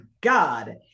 God